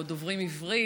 ועוד דוברים עברית,